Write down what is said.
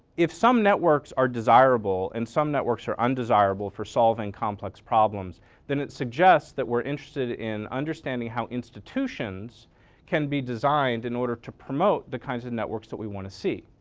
if some networks are desirable, and some networks are undesirable for solving complex problems then it suggests that we're interested in understanding how institutions can be designed in order to promote the kinds of networks that we want to see,